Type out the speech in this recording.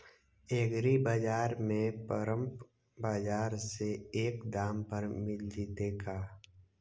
एग्रीबाजार में परमप बाजार से कम दाम पर मिल जैतै का?